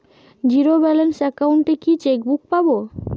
Zero balance account এ কি chequebook পাব?